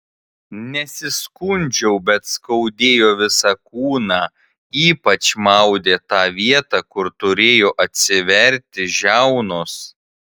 nesiskundžiau bet skaudėjo visą kūną ypač maudė tą vietą kur turėjo atsiverti žiaunos